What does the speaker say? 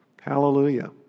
Hallelujah